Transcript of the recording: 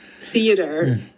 theater